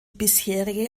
bisherige